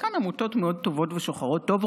חלקן עמותות מאוד טובות ושוחרות טוב,